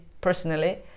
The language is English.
personally